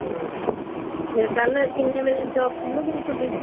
ਅਤੇ ਫੇਰ ਕੱਲ੍ਹ ਕਿੰਨੇ ਵਜੇ ਸ਼ੋਪ ਖੁਲ੍ਹੇਗੀ ਜੀ ਤੁਹਾਡੀ